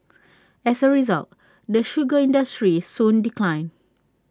as A result the sugar industry soon declined